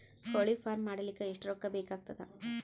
ಕೋಳಿ ಫಾರ್ಮ್ ಮಾಡಲಿಕ್ಕ ಎಷ್ಟು ರೊಕ್ಕಾ ಬೇಕಾಗತದ?